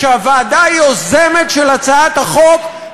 כשהוועדה יוזמת של הצעת החוק,